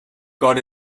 got